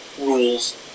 rules